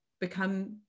become